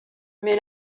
mais